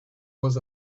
was